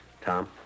Tom